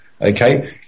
okay